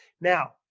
Now